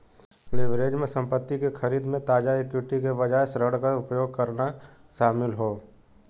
leverage में संपत्ति क खरीद में ताजा इक्विटी के बजाय ऋण क उपयोग करना शामिल हौ